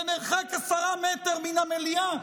במרחק עשרה מטרים מן המליאה,